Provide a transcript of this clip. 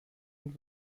und